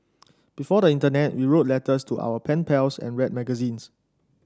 before the internet we wrote letters to our pen pals and read magazines